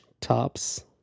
tops